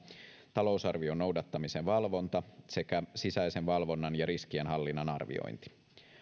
talousarvion noudattamisen valvonta sekä sisäisen valvonnan ja riskienhallinnan arviointi